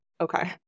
okay